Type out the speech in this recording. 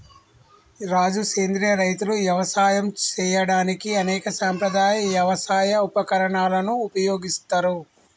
రాజు సెంద్రియ రైతులు యవసాయం సేయడానికి అనేక సాంప్రదాయ యవసాయ ఉపకరణాలను ఉపయోగిస్తారు